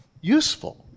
useful